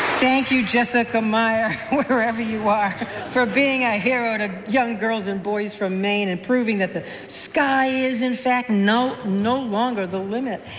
thank you jessica meir, wherever you are for being a hero to young girls and boys from maine, and proving that the sky is, in fact, no no longer the limit.